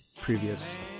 previous